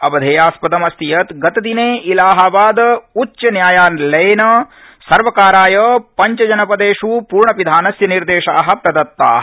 अवधेयास्पदम् अस्ति यत् गतदिने इलाहाबाद उच्च न्यायालयेन सर्वकाराय पञ्चजनपदेष् पूर्णपिधानस्य निर्देशा प्रदत्ता